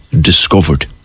discovered